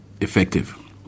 effective